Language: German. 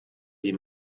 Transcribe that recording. die